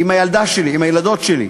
עם הילדות שלי,